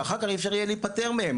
שאחר כך אי אפשר יהיה להיפטר מהם,